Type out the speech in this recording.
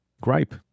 gripe